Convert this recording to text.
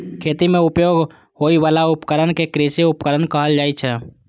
खेती मे उपयोग होइ बला उपकरण कें कृषि उपकरण कहल जाइ छै